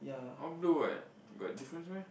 all blue what but difference meh